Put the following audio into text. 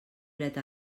dret